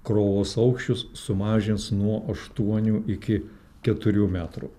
krovos aukščius sumažins nuo aštuonių iki keturių metrų